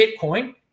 Bitcoin